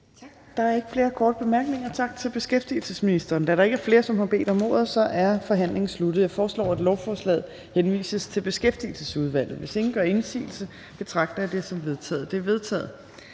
Der er ikke flere korte bemærkninger. Tak til ministeren. Da der ikke er flere, som har bedt om ordet, er forhandlingen sluttet. Jeg foreslår, at lovforslaget henvises til Uddannelses- og Forskningsudvalget. Hvis ingen gør indsigelse, betragter jeg det som vedtaget.